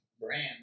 brand